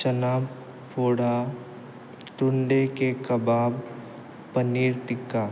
छना पोडा टुंडे के कबाब पनीर टिक्का